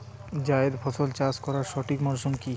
জায়েদ ফসল চাষ করার সঠিক মরশুম কি?